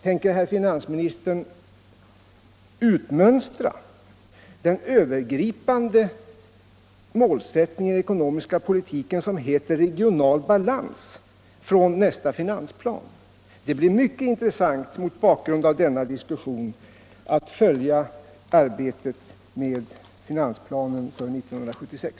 Tänker herr finansministern i nästa finansplan utmönstra den övergripande målsättning i den ekonomiska politiken som heter regional balans? Mot bakgrund av denna diskussion blir det mycket intressant att ta del av finansplanen för 1976.